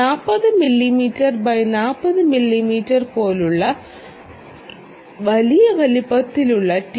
40 millimetre x 40 millimetre പോലുള്ള വലിയ വലിപ്പത്തിലുള്ള ടി